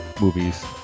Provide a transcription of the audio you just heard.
movies